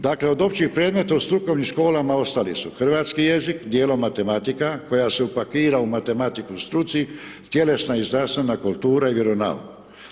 Dakle, od općih predmeta u strukovnim školama ostali su hrvatski jezik, dijelom matematika koja se upakira u matematiku u struci, tjelesna i zdravstvena kultura i vjeronauk.